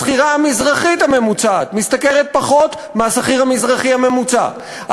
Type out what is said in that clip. השכירה המזרחית הממוצעת משתכרת פחות מהשכיר המזרחי הממוצע,